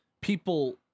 people